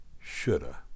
shoulda